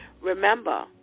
Remember